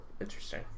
interesting